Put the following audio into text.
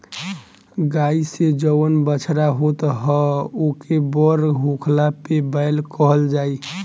गाई से जवन बछड़ा होत ह ओके बड़ होखला पे बैल कहल जाई